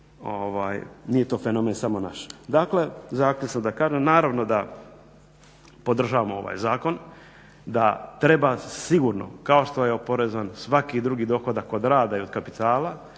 nije to fenomen samo naš. Dakle, zaključno da kažem, naravno da podržavamo ovaj zakon, da treba sigurno kao što je oporezovan svaki drugi dohodak od rada i od kapitala